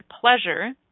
pleasure